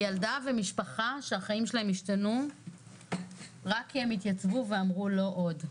ילדה ומשפחה שהחיים שלהם השתנו רק כי הם התייצבו ואמרו "לא עוד".